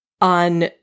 on